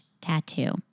tattoo